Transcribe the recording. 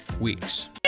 weeks